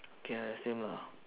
K ah same lah